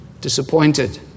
disappointed